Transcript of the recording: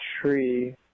tree